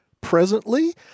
presently